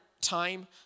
time